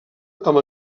amb